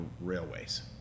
railways